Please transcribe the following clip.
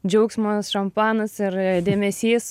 džiaugsmas šampanas ir dėmesys